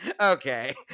okay